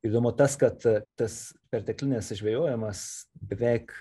ir įdomu tas kad tas perteklinis žvejojimas beveik